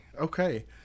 okay